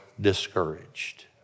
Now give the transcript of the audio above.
discouraged